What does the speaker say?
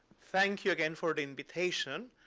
thank you again for the invitation.